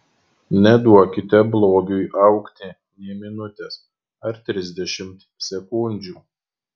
neduokite blogiui augti nė minutės ar trisdešimt sekundžių